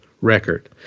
record